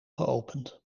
geopend